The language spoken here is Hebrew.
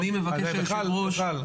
אדוני היושב-ראש,